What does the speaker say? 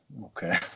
Okay